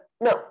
no